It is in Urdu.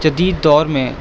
جدید دور میں